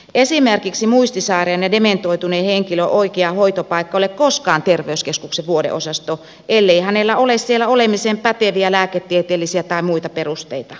esimerkiksi muistisairaan ja dementoituneen henkilön oikea hoitopaikka ei ole koskaan terveyskeskuksen vuodeosasto ellei hänellä ole siellä olemiseen päteviä lääketieteellisiä tai muita perusteita